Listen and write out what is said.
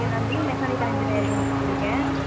okay நான் BE mechanical engineering முடிச்சிருக்கேன்